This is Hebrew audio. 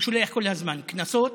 הוא שולח כל הזמן קנסות,